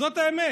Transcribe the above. זאת האמת,